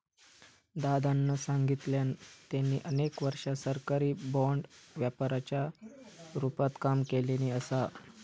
दादानं सांगल्यान, त्यांनी अनेक वर्षा सरकारी बाँड व्यापाराच्या रूपात काम केल्यानी असा